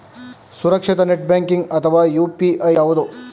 ಸುರಕ್ಷಿತ net banking ಅಥವಾ UPI ಯಾವುದು?